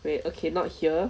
wait I cannot hear